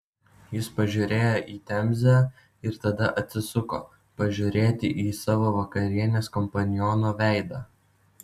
jis pažiūrėjo į temzę ir tada atsisuko pažiūrėti į savo vakarienės kompaniono veidą